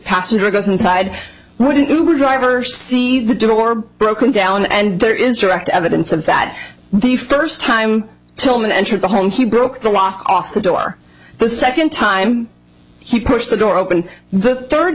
passenger goes inside wouldn't you go driver see the door broken down and there is direct evidence of that the first time tillman entered the home he broke the lock off the door the second time he pushed the door open the third